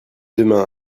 demain